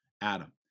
Adam